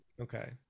Okay